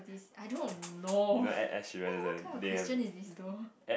I don't know what what kind of question is this though